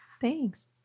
Thanks